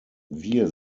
wir